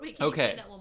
Okay